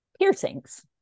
piercings